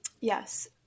yes